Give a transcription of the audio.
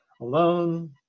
alone